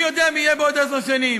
מי יודע מי יהיה בעוד עשר שנים?